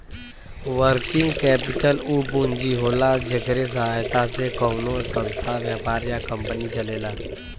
working capital उ पूंजी होला जेकरे सहायता से कउनो संस्था व्यापार या कंपनी चलेला